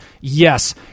yes